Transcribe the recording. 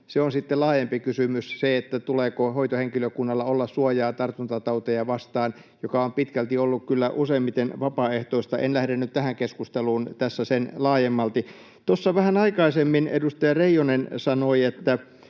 sitten laajempi kysymys, tuleeko hoitohenkilökunnalla olla tartuntatauteja vastaan suojaa, joka on pitkälti kyllä useimmiten ollut vapaaehtoista. En lähde nyt tähän keskusteluun tässä sen laajemmalti. Tuossa vähän aikaisemmin edustaja Reijonen sanoi,